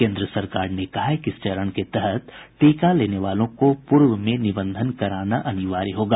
केन्द्र सरकार ने कहा है कि इस चरण के तहत टीका लेने वालों को पूर्व में निबंधन कराना अनिवार्य होगा